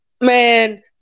man